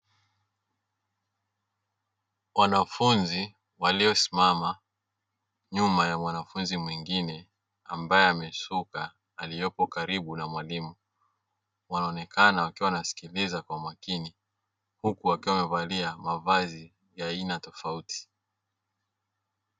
Wanafunzi waliosimama nyuma ya mwanafunzi mwingine ambaye amesuka aliyepo karibu na mwalimu, wanaonekana wakiwa wanasikiliza kwa makini huku wakiwa wamevalia mavazi ya aina tofauti.